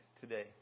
today